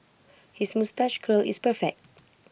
his moustache curl is perfect